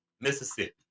Mississippi